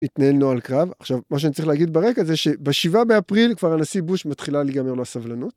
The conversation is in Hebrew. התנהלנו על קרב עכשיו מה שאני צריך להגיד ברקע זה שבשבעה באפריל כבר הנשיא בוש מתחילה ליגמר לו הסבלנות